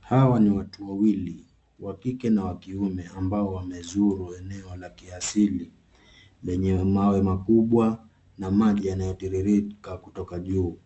Hawa ni watu wawili wa kike na wa kiume, ambao wamezuru eneo la kiasiri, lenye mawe makubwa na maji yanatiririka kutoka juu.